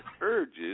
urges